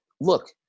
look